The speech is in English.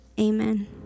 amen